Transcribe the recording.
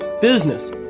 business